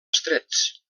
estrets